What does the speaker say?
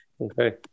Okay